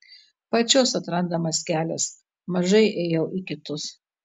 pačios atrandamas kelias mažai ėjau į kitus